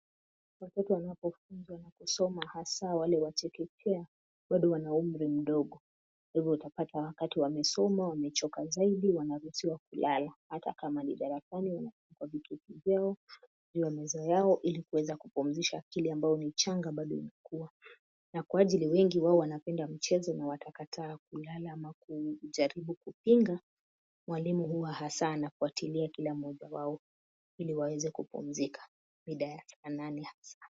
Watoto wanapo funzwa na kusoma hasaa wale wa chekechea, bado wana umri mdogo kwa hivyo utapata wakati wamesoma, wamechoka zaidi wanaruhisiwa kulala ata kama juu ya mezea yao ili kuweza kupmzisha akili ni mchanga na bado inakuwa na kwa ajili nyingi uwa wanapenda mchezo na watakataa kulala ama kujaribu kupinga mwalimu huu wa hasana wakilia kila mmoja wao ili waweze kumpzika mida ya saa nane hasaa.